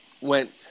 went